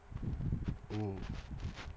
mm